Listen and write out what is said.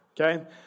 Okay